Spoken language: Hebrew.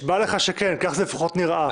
נשבע לך שכן, כך זה לפחות נראה.